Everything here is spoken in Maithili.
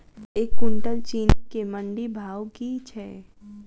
एक कुनटल चीनी केँ मंडी भाउ की छै?